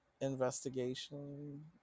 investigation